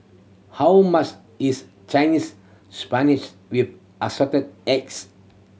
how much is Chinese Spinach with Assorted Eggs